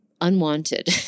unwanted